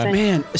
man